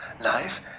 life